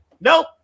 Nope